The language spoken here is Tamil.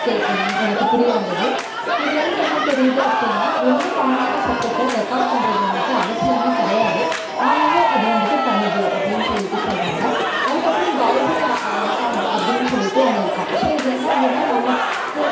எனக்கு புரிய வந்தது இதுலேர்ந்து என்ன தெரியுது அப்படினா ரொம்ப கம்மியான சத்தத்தை ரெக்கார்ட் பண்ணுறது வந்துவிட்டு அவசியமே கிடையாது ஆனாலும் அது வந்துவிட்டு பண்ணுது அப்படினு சொல்லிவிட்டு சொல்லுறாங்க அதுக்கப்புறம் டால்பியா சுவுண்ட் அப்படினு சொல்லிவிட்டு ஒன்று இருக்காம் ஸோ இது என்ன அப்படினா நமக்கு